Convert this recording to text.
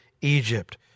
Egypt